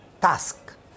task